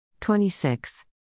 26